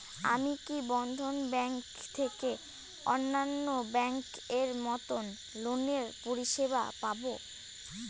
আমি কি বন্ধন ব্যাংক থেকে অন্যান্য ব্যাংক এর মতন লোনের পরিসেবা পাব?